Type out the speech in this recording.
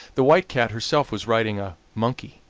the white cat herself was riding a monkey,